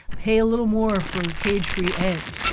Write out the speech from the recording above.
pay a little more for cage-free eggs.